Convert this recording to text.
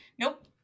Nope